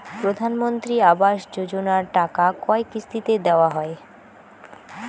প্রধানমন্ত্রী আবাস যোজনার টাকা কয় কিস্তিতে দেওয়া হয়?